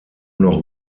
noch